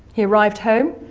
he arrived home,